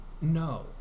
No